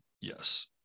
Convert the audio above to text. yes